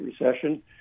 Recession